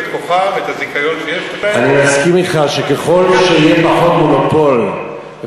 יש כאן מונופולים שמנצלים את כוחם,